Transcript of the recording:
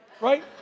Right